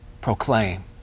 proclaim